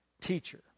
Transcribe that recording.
teacher